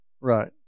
Right